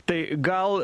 tai gal